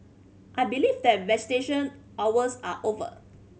I believe that visitation hours are over